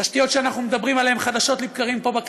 תשתיות שאנחנו מדברים עליהן חדשות לבקרים פה,